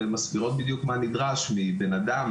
והן מסבירות בדיוק מה נדרש מבן אדם,